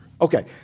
Okay